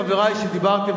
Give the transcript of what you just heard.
חברי שדיברתם,